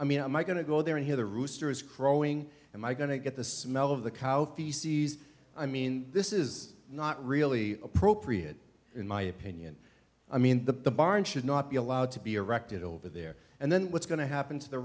i mean am i going to go there and hear the roosters crowing and i going to get the smell of the cow feces i mean this is not really appropriate in my opinion i mean the barn should not be allowed to be erected over there and then what's going to happen to the